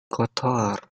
kotor